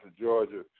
Georgia